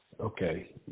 okay